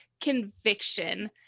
conviction